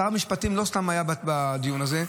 שר המשפטים לא היה סתם בדיון הזה.